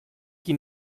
qui